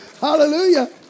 Hallelujah